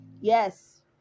Yes